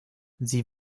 sie